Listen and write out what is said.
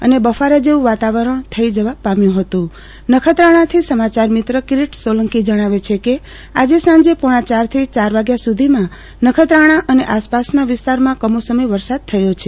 અને બફારા જેવું વાતાવરણ થઇ જવા પામ્યું હતું નખત્રાણા થી સમાચાર મિત્ર કિરીટ સોલંકી જણાવે છે કે આજે સાંજે પોણાયાર થી ચાર વાગ્યા સુધીમાં નખત્રાણા અને આસપાસનાં વિસ્તારમાં કમોસમી વરસાદ થયો છે